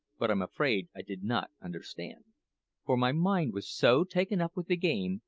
but i'm afraid i did not understand for my mind was so taken up with the game,